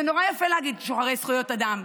זה נורא יפה להגיד "שוחרי זכויות אדם",